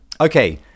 okay